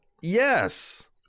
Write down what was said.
Yes